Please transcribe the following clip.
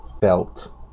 felt